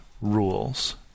rules